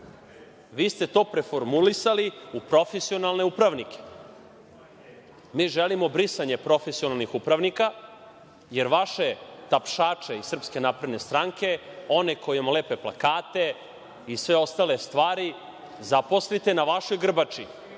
Vi ste to preformulisali u profesionalne upravnike. Mi želimo brisanje profesionalnih upravnika, jer vaše tapšače iz SNS, one koji vam lepe plakate i sve ostale stvari, da zaposlite na vašoj grbači,